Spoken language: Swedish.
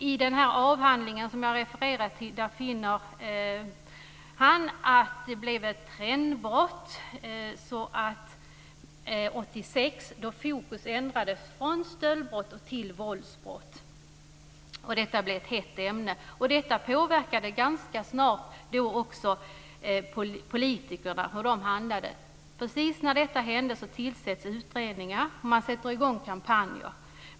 I den avhandling som jag refererade till finner man att det blev ett trendbrott så att 1986 ändrades fokus från stöldbrott till våldsbrott. Det blev ett hett ämne. Detta påverkade ganska snart också hur politikerna handlade. Precis när detta händer tillsätts det utredningar, och man sätter i gång kampanjer.